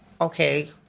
okay